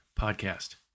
podcast